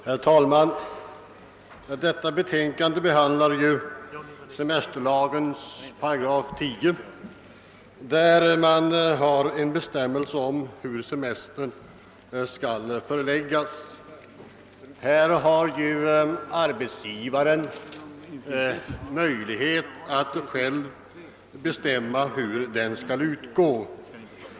Herr talman! I detta utlåtande behandlas 10 § i semesterlagen, vari det stadgas hur semestern skall förläggas. Arbetsgivaren har möjlighet att själv bestämma hur semestern skall utgå.